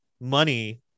money